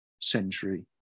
century